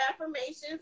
affirmations